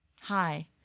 Hi